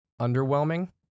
underwhelming